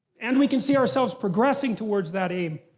and we can see ourselves progressing toward that aim.